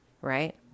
right